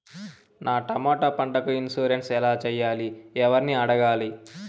నా టమోటా పంటకు ఇన్సూరెన్సు ఎలా చెయ్యాలి? ఎవర్ని అడగాలి?